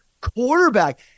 quarterback